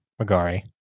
magari